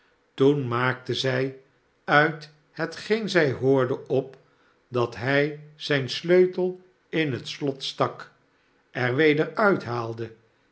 toen maakte zij uit hetgeen zij hoorde op dat hij zijn sleutel in het slot stak er weder